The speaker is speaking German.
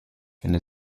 finde